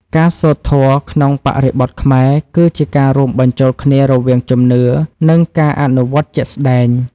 ការសូត្រធម៌ក្នុងបរិបទខ្មែរ គឺជាការរួមបញ្ចូលគ្នារវាងជំនឿ និងការអនុវត្តជាក់ស្ដែង។